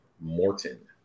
Morton